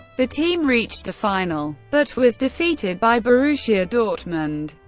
the team reached the final, but was defeated by borussia dortmund.